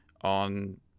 on